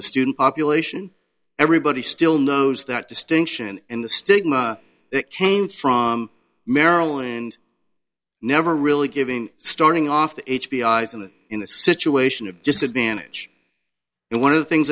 the student population everybody still knows that distinction and the stigma that came from maryland and never really giving starting off h b i's in the in the situation of disadvantage and one of the things